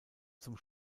zum